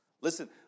Listen